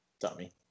dummy